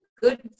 good